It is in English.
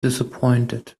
disappointed